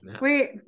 Wait